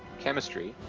chemistry,